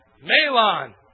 Malon